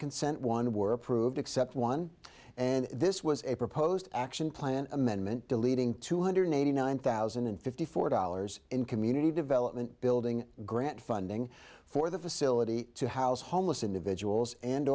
consent one were approved except one and this was a proposed action plan amendment deleting two hundred eighty nine thousand and fifty four dollars in community development building grant funding for the facility to house homeless individuals and